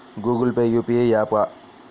Google Pay UPI య్యాపా?